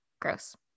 gross